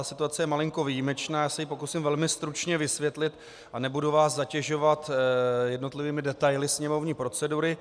Situace je malinko výjimečná, já se ji pokusím velmi stručně vysvětlit a nebudu vás zatěžovat jednotlivými detaily sněmovní procedury.